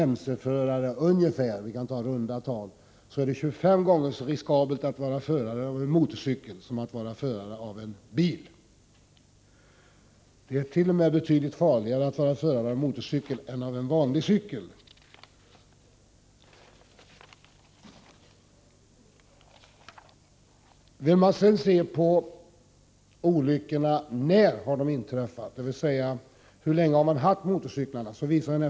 Därav framgår att det är 25 gånger riskablare att vara förare av en motorcykel än att vara förare av en bil. Det är t.o.m. betydligt farligare att vara förare av en motorcykel än att vara förare av en vanlig cykel. Vidare har man studerat vid vilken tidpunkt olyckorna har inträffat, dvs. hur länge man har haft sin motorcykel innan en olycka inträffat.